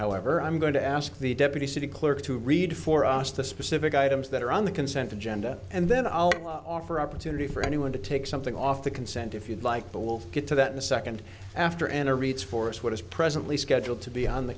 however i'm going to ask the deputy city clerk to read for us the specific items that are on the consent agenda and then i'll offer opportunity for anyone to take something off the consent if you'd like but we'll get to that in a second after anna reads for us what is presently scheduled to be on the